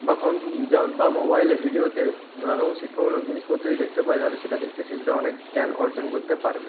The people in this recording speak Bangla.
বা কম্পিউ যা বা মোবাইলে ভিডিওতে নানা রকম শিক্ষামূলক জিনিসপত্র যদি দেখতে পায় তাহলে সেটা দেখতে শিশুরা অনেক জ্ঞান অর্জন করতে পারবে